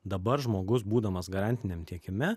dabar žmogus būdamas garantiniam tiekime